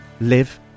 live